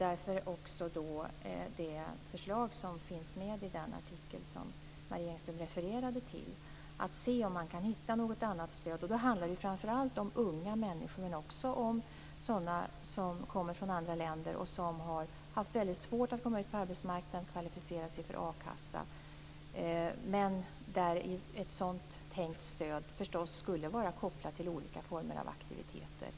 Därför har vi lagt fram det förslag som finns med i den artikel som Marie Engström refererade till. Man måste se om man kan hitta något annat stöd. Då handlar det framför allt om unga människor, men också om sådana som kommer från andra länder och som har haft väldigt svårt att komma ut på arbetsmarknaden och kvalificera sig för a-kassa. Ett sådant tänkt stöd skulle förstås vara kopplat till olika former av aktiviteter.